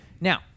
Now